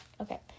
Okay